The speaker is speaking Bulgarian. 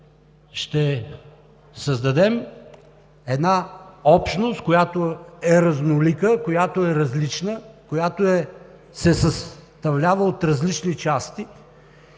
ще създадем една общност, която е разнолика, която е различна, която се съставлява от различни части